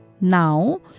now